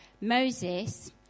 Moses